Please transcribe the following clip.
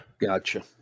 Gotcha